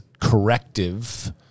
corrective